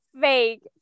fake